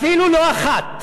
אפילו לא אחת.